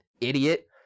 idiot